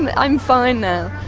i'm fine now.